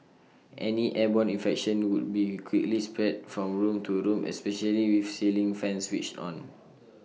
any airborne infection would be quickly spread from room to room especially with ceiling fans switched on